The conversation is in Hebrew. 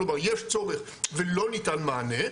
כלומר יש צורך ולא ניתן מענה,